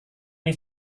ini